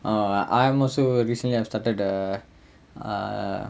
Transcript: uh I'm also recently I've started uh uh